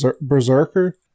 Berserker